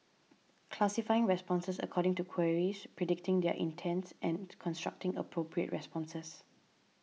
classifying responses according to queries predicting their intents and constructing appropriate responses